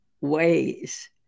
ways